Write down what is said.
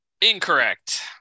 Incorrect